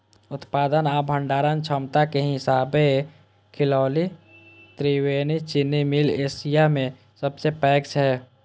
उत्पादन आ भंडारण क्षमताक हिसाबें खतौली त्रिवेणी चीनी मिल एशिया मे सबसं पैघ छै